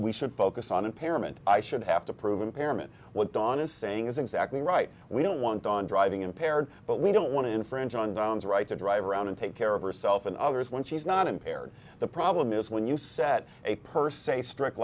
we should focus on impairment i should have to prove impairment what dawn is saying is exactly right we don't want on driving impaired but we don't want to infringe on drones right to drive around and take care of herself and others when she's not impaired the problem is when you set a per se strict